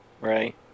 Right